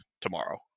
tomorrow